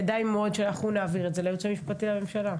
כדאי מאוד שאנחנו נעביר את זה ליועץ המשפטי לממשלה.